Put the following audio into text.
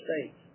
states